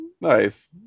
nice